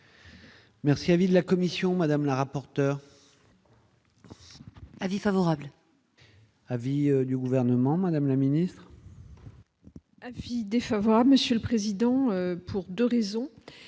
Merci, avis de la commission Madame la rapporteure. Avis favorable. Avis du gouvernement, Madame la Ministre. Avis défavorable, monsieur le président, pour 2 raisons